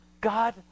God